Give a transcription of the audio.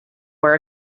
were